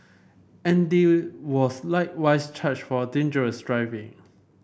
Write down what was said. Andy was likewise charged for dangerous driving